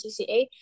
CCA